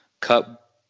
cut